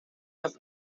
las